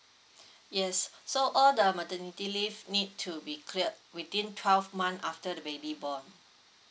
yes so all the maternity leave need to be cleared within twelve months after the baby born